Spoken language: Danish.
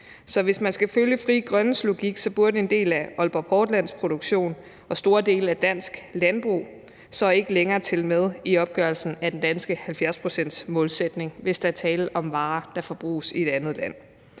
Så hvis man skal følge Frie Grønnes logik, burde en del af Aalborg Portlands produktion og store dele af dansk landbrug så ikke længere tælle med i opgørelsen af den danske 70-procentsmålsætning, hvis der er tale om varer, der forbruges i et andet land.